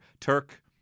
Turk